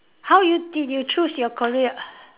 how you did you choose your career